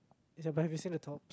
but have you seen the tops